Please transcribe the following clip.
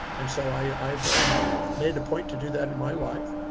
and so i i've ah made it a point to do that in my life.